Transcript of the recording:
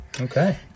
okay